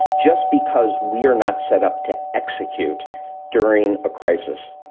just because we are not set up to execute during a crisis